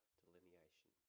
delineation